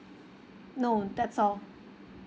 no that's all